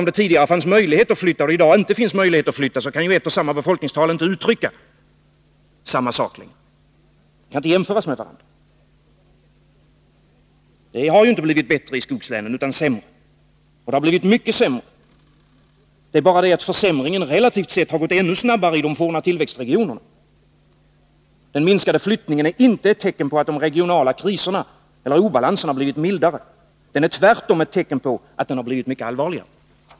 Om det tidigare fanns möjlighet att flytta och det i dag inte finns möjlighet att flytta, så kan ju ett och samma befolkningstal inte längre uttrycka samma sak — man kan inte längre jämföra siffrorna. Det har ju inte blivit bättre i skogslänen utan sämre, mycket sämre. Det är bara det att försämringen relativt sett har gått ännu snabbare i de forna tillväxtregionerna. Den minskade flyttningen är inte ett tecken på att de regionala kriserna eller obalanserna har blivit mildare. Den är tvärtom ett tecken på att de har blivit mycket allvarligare.